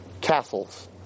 castles